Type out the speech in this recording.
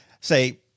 say